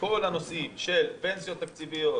לכל הנושאים של פנסיות תקציביות,